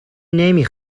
نمی